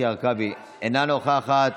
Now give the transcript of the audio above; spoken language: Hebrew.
יישר כוח ושיהיה לכם יום מבורך.)